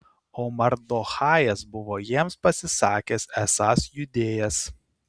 o mardochajas buvo jiems pasisakęs esąs judėjas